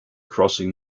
crossing